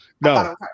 no